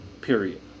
Period